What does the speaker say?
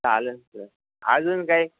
चालेल सर अजून काही